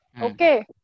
Okay